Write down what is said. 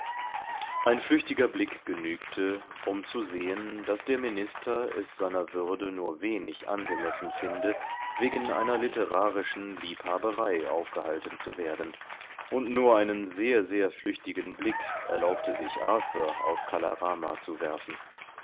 ein flüchtiger blick genügte um zu sehen daß der minister es seiner würde nur wenig angemessen finde wegen einer literarischen liebhaberei aufgehalten zu werden und nur einen sehr sehr flüchtigen blick erlaubte sich arthur auf kala rama zu werfen